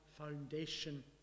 foundation